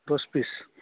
दस पिस